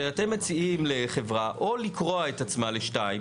שאתם מציעים לחברה או לקרוע את עצמה לשניים,